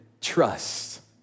trust